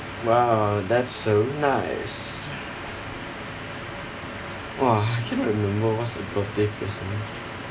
!wow! that's so nice !wah! I cannot remember what's my birthday present